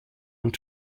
und